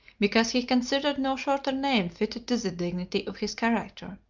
because he considered no shorter name fitted to the dignity of his character.